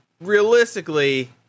realistically